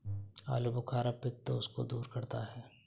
आलूबुखारा पित्त दोष को दूर करता है